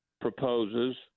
proposes